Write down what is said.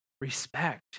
respect